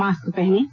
mask पहनें